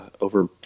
over